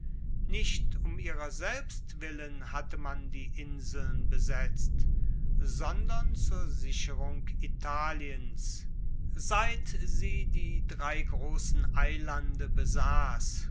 nicht um ihrer selbst willen hatte man die inseln besetzt sondern zur sicherung italiens seit sie die drei grossen eilande besass